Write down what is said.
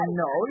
no